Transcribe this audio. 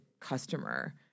customer